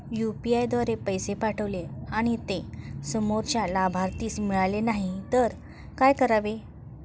UPI द्वारे पैसे पाठवले आणि ते समोरच्या लाभार्थीस मिळाले नाही तर काय करावे?